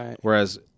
Whereas